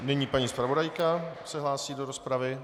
Nyní paní zpravodajka se hlásí do rozpravy.